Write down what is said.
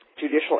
judicial